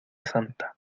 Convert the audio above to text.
santa